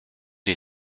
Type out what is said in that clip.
les